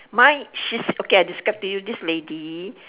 mine she's okay I describe to you this lady